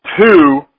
Two